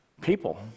people